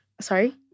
Sorry